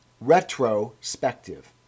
retrospective